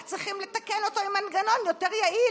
רק צריכים לתקן אותו עם מנגנון יותר יעיל,